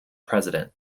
president